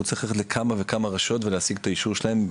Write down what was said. הוא צריך ללכת לכמה רשויות ולהשיג את האישור שלהן.